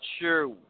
sure